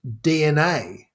DNA